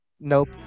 Nope